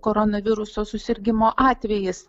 koronaviruso susirgimo atvejis